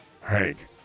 Hank